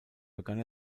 begann